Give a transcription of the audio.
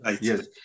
yes